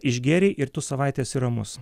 išgėrei ir tu savaitę esi ramus